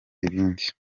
ibindi